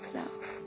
love